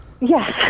Yes